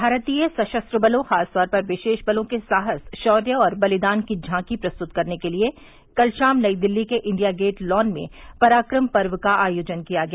भारतीय सशस्त्र बलों खासतौर पर विशेष बलों के साहस शौर्य और बलिदान की झांकी प्रस्तुत करने के लिए कल शाम नई दिल्ली के इंडिया गेट लॉन में पराक्रम पर्व का आयोजन किया गया